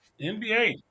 nba